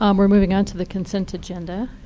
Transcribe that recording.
um we're moving on to the consent agenda.